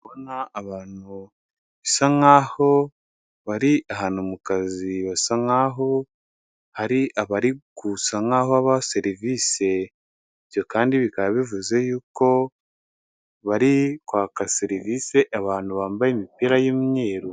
Ndabona abantu bisa nkaho bari ahantu mu kazi, basa nkaho hari abari gusa nkaho babaha serivise, ibyo kandi bikaba bivuze yuko bari kwaka serivise abantu bambaye imipira y'imyeruru.